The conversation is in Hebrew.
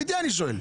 אני שואל אמיתי.